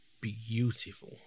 beautiful